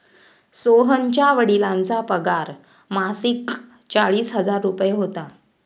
सोहनच्या वडिलांचा पगार मासिक चाळीस हजार रुपये होता